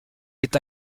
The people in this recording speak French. est